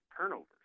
turnovers